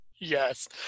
Yes